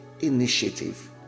initiative